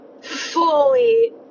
fully